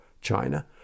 China